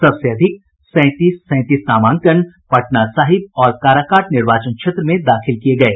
सबसे अधिक सैंतीस सैंतीस नामांकन पटना साहिब और काराकाट निर्वाचन क्षेत्र में दाखिल किये गये